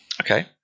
okay